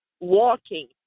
walking